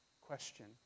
question